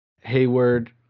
Hayward